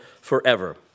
forever